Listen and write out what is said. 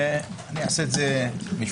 אני אעשה את זה משולב.